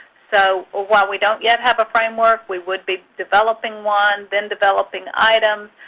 so while we don't yet have a framework, we would be developing one, then developing items,